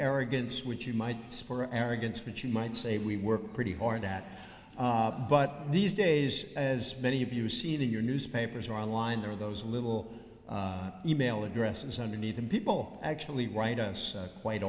arrogance which you might spur arrogance but you might say we work pretty hard that but these days as many of you see it in your newspapers or online there are those little email addresses underneath them people actually write us quite